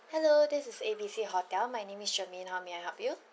hello this is A B C hotel my name is shermaine how may I help you